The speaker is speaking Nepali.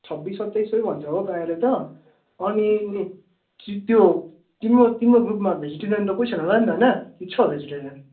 छब्बिस सत्ताइस सयै भन्छ हो प्रायःले त अनि नि त्यो तिम्रो तिम्रो ग्रुपमा भेजिटेरियन त कोही छैन होला नि त होइन कि छ भेजेटेरियन